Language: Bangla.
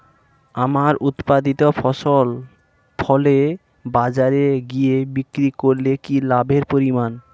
আমার উৎপাদিত ফসল ফলে বাজারে গিয়ে বিক্রি করলে কি লাভের পরিমাণ?